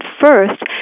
first